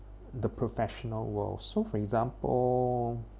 the professional world so for example